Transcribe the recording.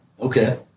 Okay